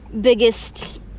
biggest